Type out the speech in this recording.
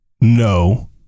no